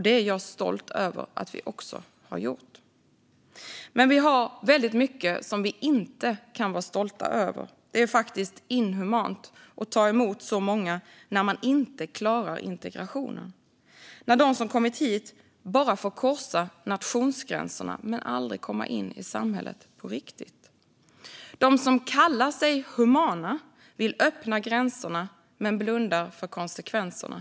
Det är jag stolt över att vi också har gjort. Men vi har mycket som vi inte kan vara stolta över. Det är faktisk inhumant att ta emot så många när man inte klarar integrationen och när de som kommit hit bara får korsa nationsgränserna men aldrig komma in i samhället på riktigt. De som kallar sig humana vill öppna gränserna men blundar för konsekvenserna.